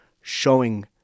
showing